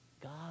God